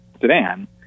sedan